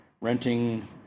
renting